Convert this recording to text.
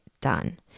done